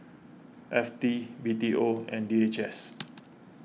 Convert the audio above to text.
F T B T O and D H S